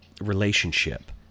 relationship